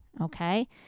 Okay